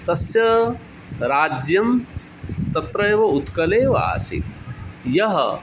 तस्य राज्यं तत्रैव उत्कले एव आसीत् यः